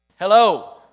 Hello